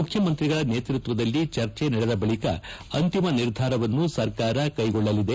ಮುಖ್ಯಮಂತ್ರಿಗಳ ನೇತೃತ್ವದಲ್ಲಿ ಚರ್ಚೆ ನಡೆದ ಬಳಿಕ ಅಂತಿಮ ನಿರ್ಧಾರವನ್ನು ಸರ್ಕಾರ ಕೈಗೊಳ್ಳಲಿದೆ